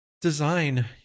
design